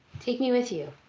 take me with you.